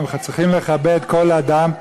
וצריכים לכבד כל אדם,